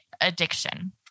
addiction